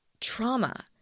trauma